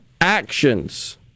actions